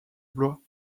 blois